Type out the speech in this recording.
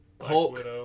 Hulk